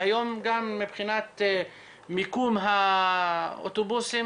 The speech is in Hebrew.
והיום גם מבחינת מיקום האוטובוסים